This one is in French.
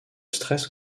stress